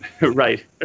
Right